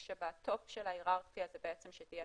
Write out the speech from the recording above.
כשבטופ של ההיררכיה זה בעצם שתהיה